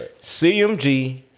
CMG